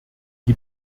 die